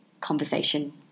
conversation